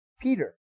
Peter